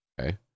Okay